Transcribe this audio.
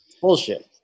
bullshit